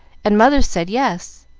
and mother said yes.